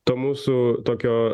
to mūsų tokio